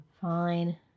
Fine